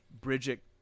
Bridget